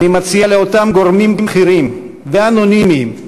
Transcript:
אני מציע לאותם גורמים בכירים, ואנונימיים,